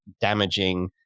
damaging